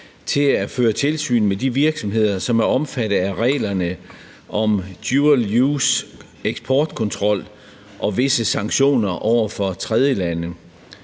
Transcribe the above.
til at føre tilsyn med de virksomheder, som er omfattet af reglerne om dual use-eksportkontrol og visse sanktioner over for tredjelande.